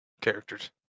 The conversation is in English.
Characters